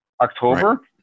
October